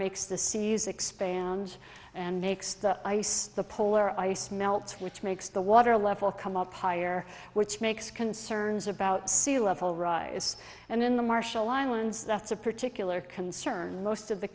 makes the seas expand and makes the ice the polar ice melts which makes the water level come up higher which makes concerns about sea level rise and in the marshall islands that's a particular concern most of the